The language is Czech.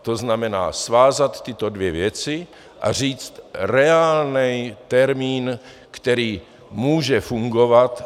To znamená svázat tyto dvě věci a říct reálný termín, který může fungovat.